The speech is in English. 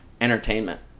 entertainment